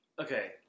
okay